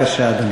אדוני, בבקשה.